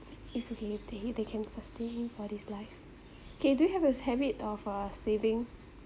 it's okay they they can sustain for this life K do you have a habit of uh saving